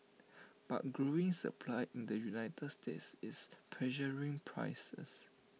but growing supply in the united states is pressuring prices